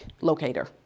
locator